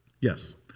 Yes